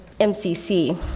MCC